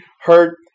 hurt